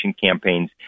campaigns